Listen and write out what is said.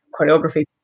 choreography